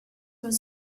was